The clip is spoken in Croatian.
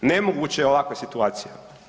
Nemoguća je ovakva situacija.